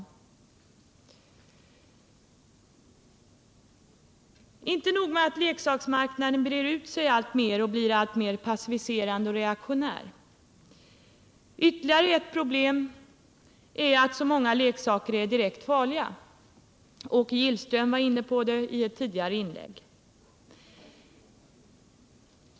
Det är inte nog med att leksaksmarknaden breder ut sig alltmer och blir alltmer passiviserande och reaktionär. Ytterligare ett problem är att så många leksaker är direkt farliga. Åke Gillström var inne på det i ett tidigare inlägg.